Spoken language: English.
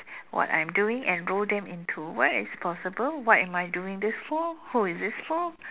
what I am doing enroll them into what is possible what am I doing this for who is this for